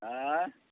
ایں